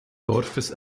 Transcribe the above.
dorfes